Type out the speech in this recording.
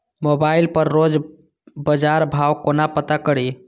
Mobile पर रोज बजार भाव कोना पता करि?